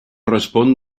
respon